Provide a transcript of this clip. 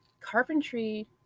carpentry